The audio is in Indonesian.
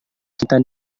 kita